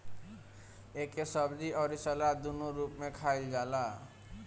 एके सब्जी अउरी सलाद दूनो रूप में खाईल जाला